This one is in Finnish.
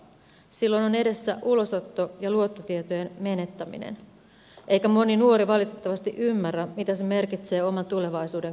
silloin on edessä ulosotto ja luottotietojen menettäminen eikä moni nuori valitettavasti ymmärrä mitä se merkitsee oman tulevaisuuden kannalta